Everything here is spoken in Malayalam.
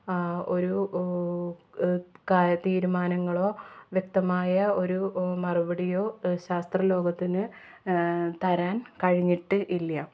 ഒരു ക തീരുമാനങ്ങളോ വ്യക്തമായ ഒരു മറുപടിയോ ശാസ്ത്രലോകത്തിന് തരാൻ കഴിഞ്ഞിട്ട് ഇല്ല